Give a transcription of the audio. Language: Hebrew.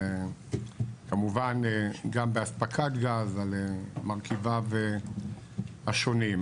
כמובן גם באספקת גז על מרכיביו השונים.